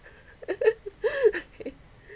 okay